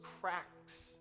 cracks